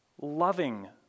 loving